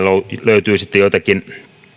löytyy sitten joitakin